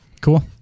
Cool